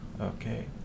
okay